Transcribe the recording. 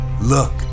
Look